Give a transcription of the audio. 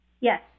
Yes